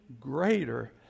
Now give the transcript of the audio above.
greater